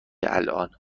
الان